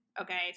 Okay